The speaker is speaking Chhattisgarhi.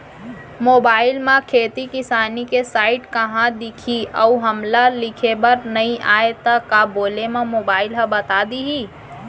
मोबाइल म खेती किसानी के साइट कहाँ दिखही अऊ हमला लिखेबर नई आय त का बोले म मोबाइल ह बता दिही?